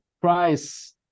price